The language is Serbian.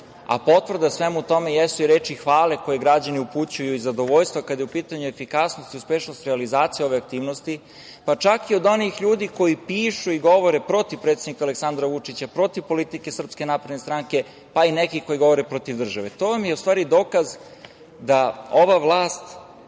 a potvrda svemu tome jesu i reči hvale koje građani upućuju iz zadovoljstva kada je u pitanju efikasnost i uspešnost realizacije ove aktivnosti, pa čak i od onih ljudi koji pišu i govore protiv predsednika Aleksandra Vučića, protiv politike SNS, pa i nekih koji govore protiv države. To vam je u stvari dokaz da ova vlast